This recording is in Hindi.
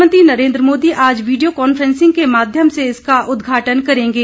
प्रधानमंत्री नरेन्द्र मोदी आज वीडियो कॉन्फ्रेंसिंग के माध्यम से इसका उद्घाटन करेंगे